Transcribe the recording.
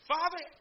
Father